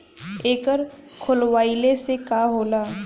एकर खोलवाइले से का होला?